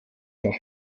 nach